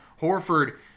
Horford